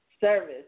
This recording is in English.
service